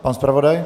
Pan zpravodaj?